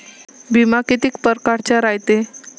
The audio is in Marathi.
बिमा कितीक परकारचा रायते?